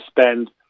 spend